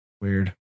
Weird